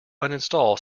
uninstall